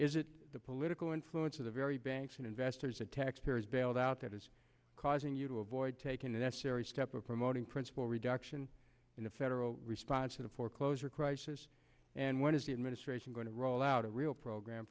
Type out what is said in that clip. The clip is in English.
the political influence of the very banks and investors or taxpayers bailed out that is causing you to avoid taking the necessary step of promoting principal reduction in the federal response to the foreclosure crisis and what is the administration going to roll out a real program